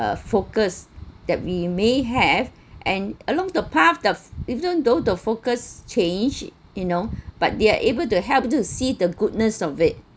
uh focus that we may have and along the path the even though the focus changed you know but they're able to help to see the goodness of it